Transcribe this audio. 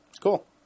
Cool